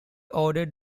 ordered